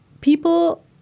people